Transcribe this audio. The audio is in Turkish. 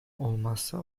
olmazsa